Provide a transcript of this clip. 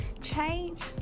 change